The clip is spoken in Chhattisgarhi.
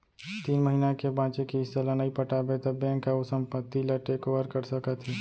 तीन महिना के बांचे किस्त ल नइ पटाबे त बेंक ह ओ संपत्ति ल टेक ओवर कर सकत हे